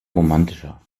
romantischer